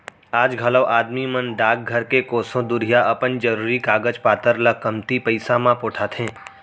आज घलौ आदमी मन डाकघर ले कोसों दुरिहा अपन जरूरी कागज पातर ल कमती पइसा म पठोथें